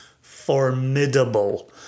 formidable